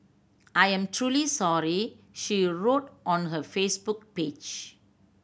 I am truly sorry she wrote on her Facebook page